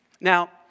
Now